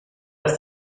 ist